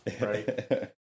right